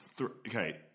Okay